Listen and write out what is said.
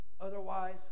Otherwise